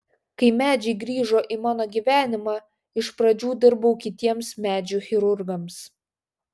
kai medžiai grįžo į mano gyvenimą iš pradžių dirbau kitiems medžių chirurgams